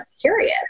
curious